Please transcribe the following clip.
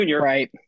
Right